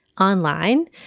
online